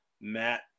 Matt